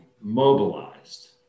mobilized